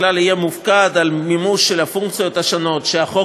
בכלל יהיה מופקד על מימוש של הפונקציות השונות שהחוק